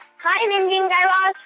hi, mindy and guy raz.